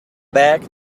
back